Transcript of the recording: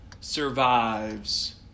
survives